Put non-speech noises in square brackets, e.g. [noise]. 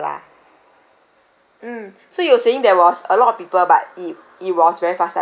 mm [breath] so you're saying there was a lot of people but it it was very fast lah check in